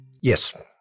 Yes